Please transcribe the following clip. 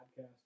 Podcast